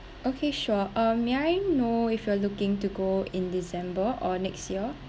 okay sure uh may I know if you are looking to go in december or next year